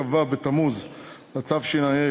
כ"ו בתמוז התשע"ה,